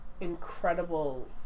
incredible